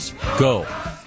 Go